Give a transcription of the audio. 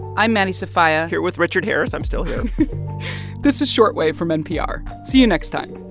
i'm maddie sofia here with richard harris. i'm still here this is short wave from npr. see you next time